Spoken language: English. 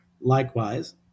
likewise